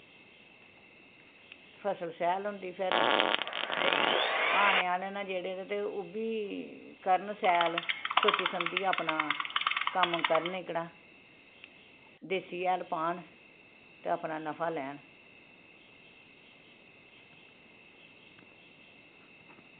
फसल शैल होंदी फेर आने आह्ले न जेह्ड़े ते ओह् बी करन शैल सोची समझियै अपना कम्म करन एह्कड़ा देसी हैल पान ते अपना नफा लैन